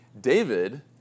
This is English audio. David